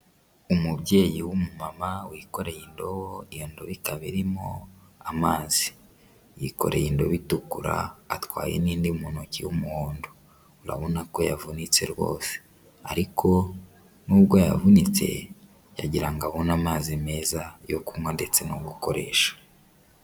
Umubyeyi w'umumama wikoreye indobo iyo ndobo ikaba irimo amazi, yikoreye indobe itukura atwaye n'indi mu ntoki y'umuhondo, urabona ko yavunitse rwose ariko n'ubwo yavunitse yagira ngo abone amazi meza yo kunywa ndetse no gukoresha.